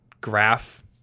graph